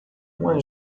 uma